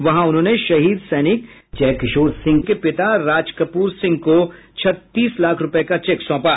वहां उन्होंने शहीद सैनिक जय किशोर सिंह के पिता राजकपूर सिंह को छत्तीस लाख रूपये का चेक सौंपा